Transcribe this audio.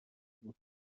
بود